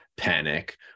panic